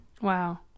Wow